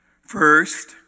First